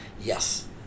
Yes